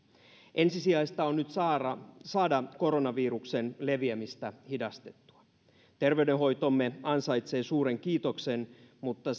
ensisijaista on nyt saada saada koronaviruksen leviämistä hidastettua terveydenhoitomme ansaitsee suuren kiitoksen mutta